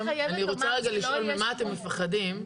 אני רוצה רגע לשאול ממה אתם מפחדים?